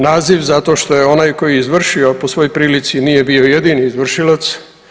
Naziv zato što je onaj koji je izvršio po svoj prilici nije bio jedini izvršilac.